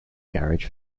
garage